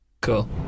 Cool